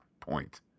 point